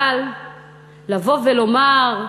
אבל לבוא ולומר: